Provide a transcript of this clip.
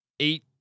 Eight